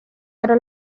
pero